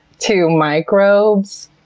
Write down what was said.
to microbes,